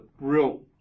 real